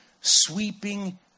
sweeping